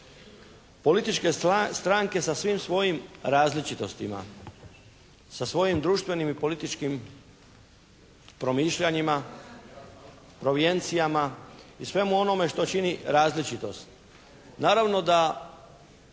Političke stranke sa svim svojim različitostima. Sa svojim društvenim i političkim promišljanjima, provijencijama i svemu onome što čini različitost.